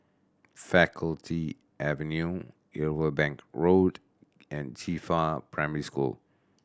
Faculty Avenue Irwell Bank Road and Qifa Primary School